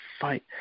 fight